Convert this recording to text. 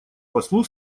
послу